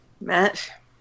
Matt